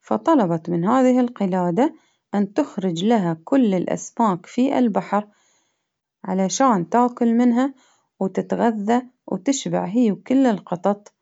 فطلبت من هذه القلادة أن تخرج لها كل الأسماك في البحر علشان تأكل منها وتتغذى وتشبع هي وكل القطط،